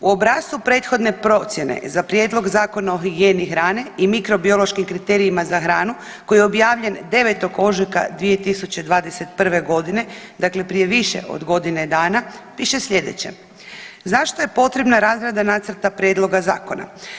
U obrascu prethodne procjene za prijedlog Zakona o higijeni hrane i mikrobiološkim kriterijima za hranu koji je objavljen 9. ožujka 2021. godine, dakle prije više od godine dana piše sljedeće: „Zašto je potrebna razrada nacrta prijedloga zakona.